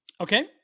Okay